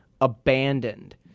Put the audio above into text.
abandoned